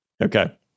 Okay